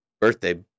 birthday